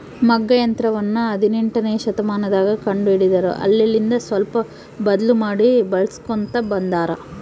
ಮಗ್ಗ ಯಂತ್ರವನ್ನ ಹದಿನೆಂಟನೆಯ ಶತಮಾನದಗ ಕಂಡು ಹಿಡಿದರು ಅಲ್ಲೆಲಿಂದ ಸ್ವಲ್ಪ ಬದ್ಲು ಮಾಡಿ ಬಳಿಸ್ಕೊಂತ ಬಂದಾರ